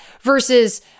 versus